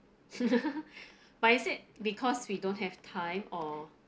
but is it because we don't have time or